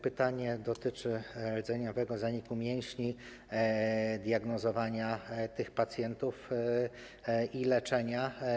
Pytanie dotyczy rdzeniowego zaniku mięśni, diagnozowania tych pacjentów i leczenia.